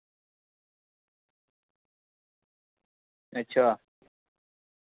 अच्छा